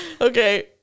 Okay